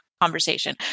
conversation